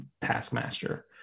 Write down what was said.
Taskmaster